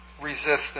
resistance